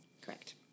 Correct